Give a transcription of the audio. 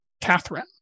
Catherine